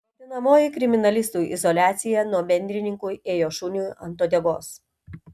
vadinamoji kriminalistų izoliacija nuo bendrininkų ėjo šuniui ant uodegos